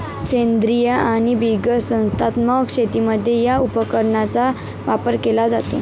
सेंद्रीय आणि बिगर संस्थात्मक शेतीमध्ये या उपकरणाचा वापर केला जातो